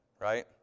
right